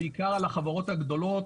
בעיקר על החברות הגדולות,